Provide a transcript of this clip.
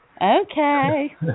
Okay